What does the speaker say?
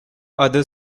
other